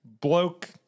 bloke